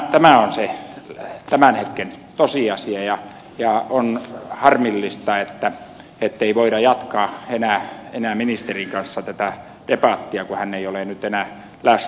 tämä on se tämän hetken tosiasia ja on harmillista ettei voida jatkaa enää ministerin kanssa tätä debattia kun hän ei ole nyt enää läsnä